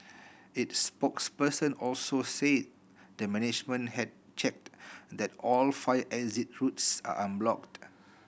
its spokesperson also said the management had checked that all fire exit routes are unblocked